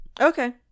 Okay